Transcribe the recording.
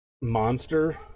monster